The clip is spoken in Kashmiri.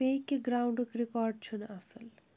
بیٚکہِ گرٛاوُنڈُک رِکارڈ چھُنہٕ اصٕل